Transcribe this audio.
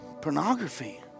Pornography